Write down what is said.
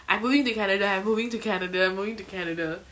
I'm moving to canada I'm moving to canada I'm moving to canada